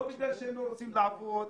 לא בגלל שהם לא רוצים לעבוד,